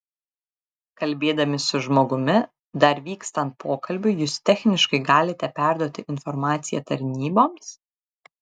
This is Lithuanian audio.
kalbėdami su žmogumi dar vykstant pokalbiui jūs techniškai galite perduoti informaciją tarnyboms